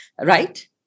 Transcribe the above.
Right